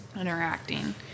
interacting